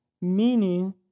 meaning